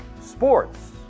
sports